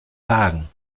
wagen